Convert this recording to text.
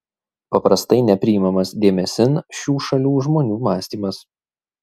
paprastai nepriimamas dėmesin šių šalių žmonių mąstymas